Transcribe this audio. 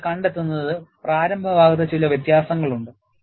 എന്നാൽ നിങ്ങൾ കണ്ടെത്തുന്നത് പ്രാരംഭ ഭാഗത്ത് ചില വ്യത്യാസങ്ങളുണ്ട്